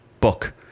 book